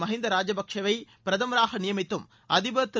மகிந்தா ராஜபக்சேவை பிரதமராக நியமித்தும் அதிபர் திரு